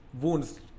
wounds